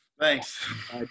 thanks